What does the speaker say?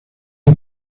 die